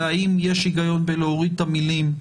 לעניין האם יש הגיון בהורדת המילים: